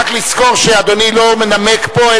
רק לזכור שאדוני לא מנמק פה,